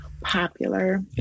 Popular